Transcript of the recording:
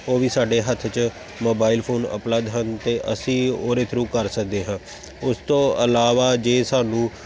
ਉਹ ਵੀ ਸਾਡੇ ਹੱਥ 'ਚ ਮੋਬਾਈਲ ਫੋਨ ਉਪਲੱਬਧ ਹਨ ਤਾਂ ਅਸੀਂ ਉਹਦੇ ਥਰੂ ਕਰ ਸਕਦੇ ਹਾਂ ਉਸ ਤੋਂ ਇਲਾਵਾ ਜੇ ਸਾਨੂੰ